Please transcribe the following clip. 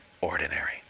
ordinary